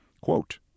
Quote